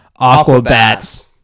Aquabats